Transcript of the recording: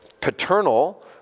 paternal